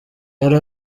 yari